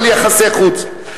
אני מדבר על יחסי חוץ.